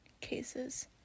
cases